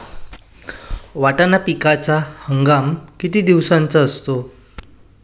वाटाणा पिकाचा हंगाम किती दिवसांचा असतो?